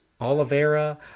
Oliveira